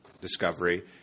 Discovery